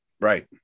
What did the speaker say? Right